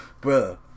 bro